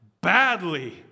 badly